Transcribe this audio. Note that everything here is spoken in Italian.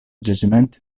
giacimenti